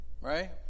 Right